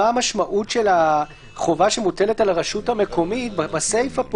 מה המשמעות של החובה שמוטלת על הרשות המקומית בסיפא,